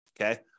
Okay